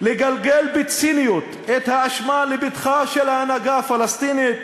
לגלגל בציניות את האשמה לפתחה של ההנהגה הפלסטינית,